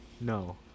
no